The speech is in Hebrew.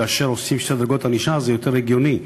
כאשר עושים שתי דרגות ענישה זה יותר הגיוני,